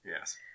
Yes